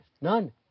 None